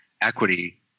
equity